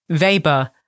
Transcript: Weber